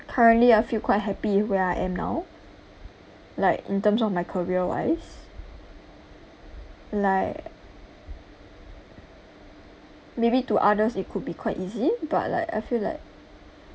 currently I feel quite happy where I am now like in terms of my career wise like maybe to others it could be quite easy but like I feel like